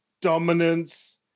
dominance